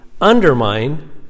undermine